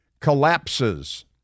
collapses